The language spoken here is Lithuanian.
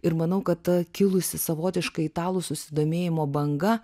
ir manau kad ta kilusi savotiška italų susidomėjimo banga